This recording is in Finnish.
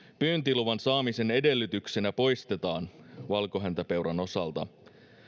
pyyntiluvan saamisen edellytyksenä poistetaan valkohäntäpeuran osalta